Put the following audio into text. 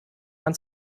man